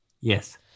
Yes